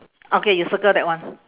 okay you circle that one